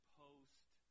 post